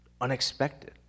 unexpected